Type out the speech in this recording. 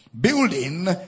building